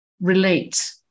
relate